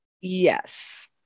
Yes